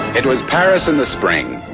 it was paris in the spring,